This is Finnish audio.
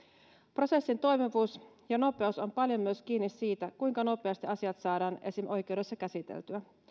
prosessin toimivuus ja nopeus ovat paljon kiinni myös siitä kuinka nopeasti asiat saadaan esimerkiksi oikeudessa käsiteltyä